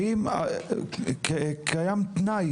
האם קיים תנאי